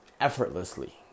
effortlessly